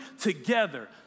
together